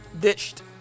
ditched